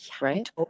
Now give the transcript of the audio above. right